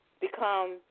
become